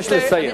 אני מבקש לסיים.